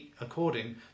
according